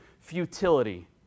futility